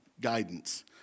guidance